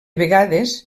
vegades